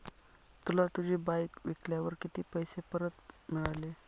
तुला तुझी बाईक विकल्यावर किती पैसे परत मिळाले?